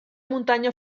muntanya